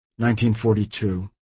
1942